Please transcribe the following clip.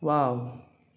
wow